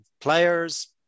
Players